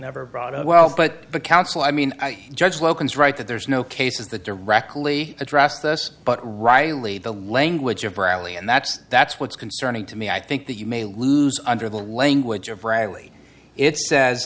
never brought up well but the council i mean i judge local is right that there's no cases the directly addressed us but reilly the language of rally and that's that's what's concerning to me i think that you may lose under the language of riley it says